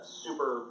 super